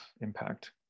impact